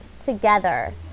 together